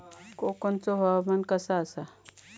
कोकनचो हवामान कसा आसा?